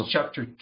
Chapter